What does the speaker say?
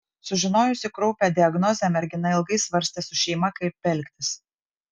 sužinojusi kraupią diagnozę mergina ilgai svarstė su šeima kaip elgtis